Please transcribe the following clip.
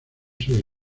sobre